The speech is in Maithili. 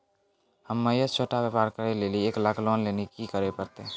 हम्मय छोटा व्यापार करे लेली एक लाख लोन लेली की करे परतै?